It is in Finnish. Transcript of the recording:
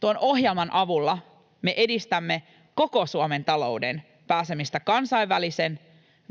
Tuon ohjelman avulla me edistämme koko Suomen talouden pääsemistä kansainvälisen,